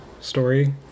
story